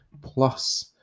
plus